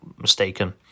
mistaken